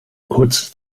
kurze